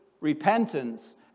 repentance